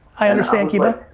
i understand, kee-vah.